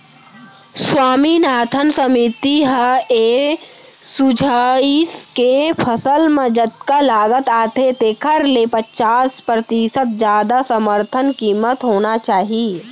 स्वामीनाथन समिति ह ए सुझाइस के फसल म जतका लागत आथे तेखर ले पचास परतिसत जादा समरथन कीमत होना चाही